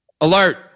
Alert